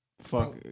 Fuck